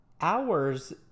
hours